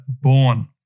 born